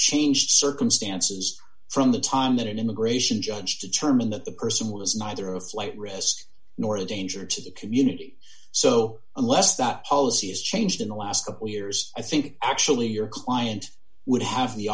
changed circumstances from the time that an immigration judge determined that the person was neither a flight risk nor again or to the community so unless the policy has changed in the last couple years i think actually your client would have the